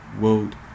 world